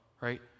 Right